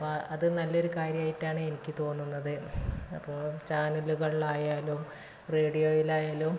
അപ്പോൾ അത് നല്ലൊരു കാര്യമായിട്ടാണ് എനിക്ക് തോന്നുന്നത് അപ്പോൾ ചാനലുകളിലായാലും റേഡിയോയിലായാലും